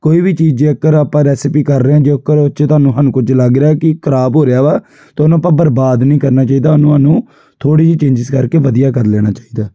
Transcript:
ਕੋਈ ਵੀ ਚੀਜ਼ ਜੇਕਰ ਆਪਾਂ ਰੈਸਿਪੀ ਕਰ ਰਹੇ ਹਾਂ ਜੇਕਰ ਉਹ 'ਚ ਤੁਹਾਨੂੰ ਸਾਨੂੰ ਕੁਝ ਲੱਗ ਰਿਹਾ ਕਿ ਖ਼ਰਾਬ ਹੋ ਰਿਹਾ ਵਾ ਤਾਂ ਉਹਨੂੰ ਆਪਾਂ ਬਰਬਾਦ ਨਹੀਂ ਕਰਨਾ ਚਾਹੀਦਾ ਉਹਨੂੰ ਸਾਨੂੰ ਥੋੜ੍ਹੀ ਜੀ ਚੇਂਜਿਸ ਕਰਕੇ ਵਧੀਆ ਕਰ ਲੈਣਾ ਚਾਹੀਦਾ